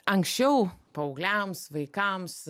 anksčiau paaugliams vaikams